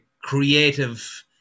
creative